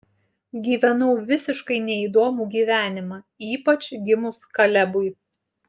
gyvenau visiškai neįdomų gyvenimą ypač gimus kalebui